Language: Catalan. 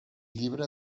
llibre